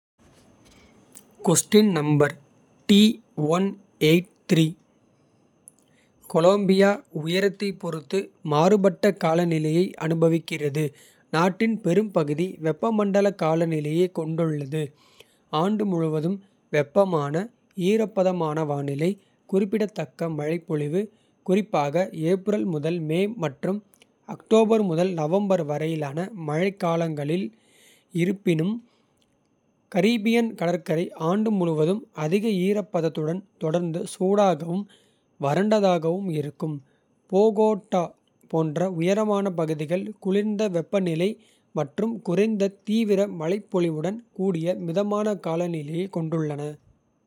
கொலம்பியா உயரத்தைப் பொறுத்து மாறுபட்ட. காலநிலையை அனுபவிக்கிறது நாட்டின் பெரும்பகுதி. வெப்பமண்டல காலநிலையைக் கொண்டுள்ளது. ஆண்டு முழுவதும் வெப்பமான ஈரப்பதமான வானிலை. குறிப்பிடத்தக்க மழைப்பொழிவு குறிப்பாக ஏப்ரல். முதல் மே மற்றும் அக்டோபர் முதல் நவம்பர் வரையிலான. மழைக்காலங்களில் இருப்பினும் கரீபியன் கடற்கரை. ஆண்டு முழுவதும் அதிக ஈரப்பதத்துடன் தொடர்ந்து சூடாகவும். வறண்டதாகவும் இருக்கும் போகோட்டா போன்ற உயரமான. பகுதிகள் குளிர்ந்த வெப்பநிலை மற்றும் குறைந்த தீவிர. மழைப்பொழிவுடன் கூடிய மிதமான காலநிலையைக் கொண்டுள்ளன.